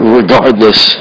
regardless